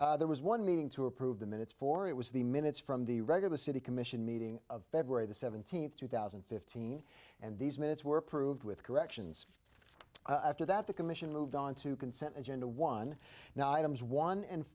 minutes there was one meeting to approve the minutes for it was the minutes from the regular city commission meeting of february the seventeenth two thousand and fifteen and these minutes were approved with corrections after that the commission moved onto consent agenda one now items one and